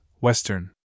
Western